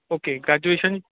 okay graduation